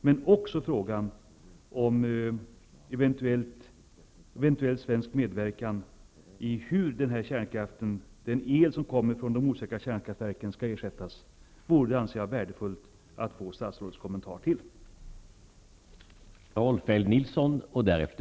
Har statsrådet ägnat tankar åt frågan om eventuell svensk medverkan i hur elen från de osäkra kärnkraftverken skall kunna ersättas? Jag anser att det vore värdefullt att få statsrådets kommentar till dessa frågor.